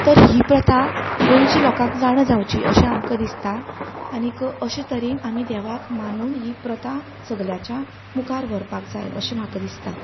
तर ही प्रथा गोंयची लोकांक जाणा जावची अशें आमकां दिसता आनीक अशे तरेन आमी देवाक मानून ही प्रथा सगल्याच्या मुखार व्हरपाक जाय अशें म्हाका दिसता